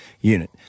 unit